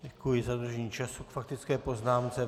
Děkuji za dodržení času k faktické poznámce.